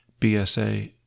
BSA